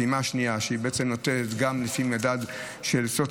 הפעימה השנייה שבעצם נותנת גם לפי מדד סוציו-אקונומי,